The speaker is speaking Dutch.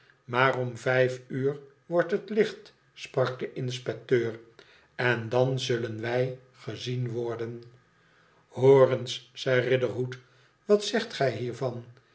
maar om vijf uur wordt het licht sprak de inspecteur en dan zullen wij gezien worden hoor eens zei riderhood wat zegt gij hiervan